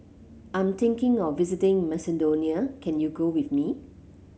I'm thinking of visiting Macedonia can you go with me